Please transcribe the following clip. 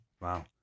Wow